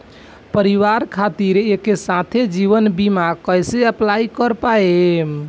परिवार खातिर एके साथे जीवन बीमा कैसे अप्लाई कर पाएम?